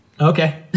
Okay